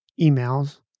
emails